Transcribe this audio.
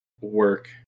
work